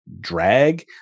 drag